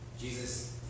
Jesus